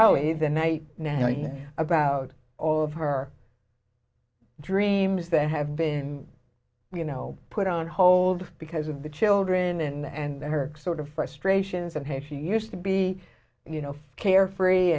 how is the night now about all of her dreams that have been you know put on hold because of the children and her exploitive frustrations and hey she used to be you know carefree